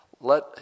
let